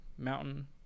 mountain